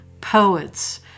poets